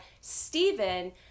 Stephen